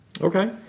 Okay